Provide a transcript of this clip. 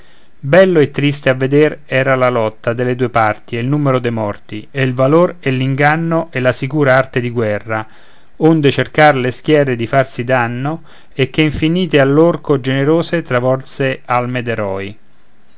bello e triste a veder era la lotta delle due parti e il numero dei morti e il valor e l'inganno e la sicura arte di guerra onde cercr le schiere di farsi danno e che infinite all'orco generose travolse alme d'eroi